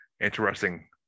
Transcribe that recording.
interesting